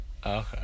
Okay